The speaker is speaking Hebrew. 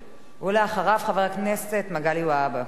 ולאחריו, חבר הכנסת מגלי והבה.